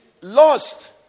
lost